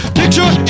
picture